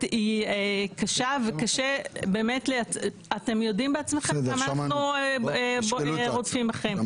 היא קשה ואתם יודעים בעצמכם כמה אנחנו רודפים אחריהם.